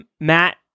Matt